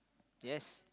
yes